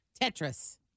Tetris